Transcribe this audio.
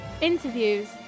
Interviews